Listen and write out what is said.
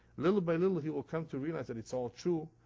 little by little he will come to realize that it's all true,